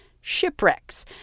shipwrecks